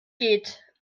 geht